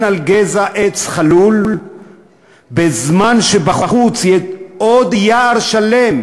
על גזע עץ חלול בזמן שבחוץ יש עוד יער שלם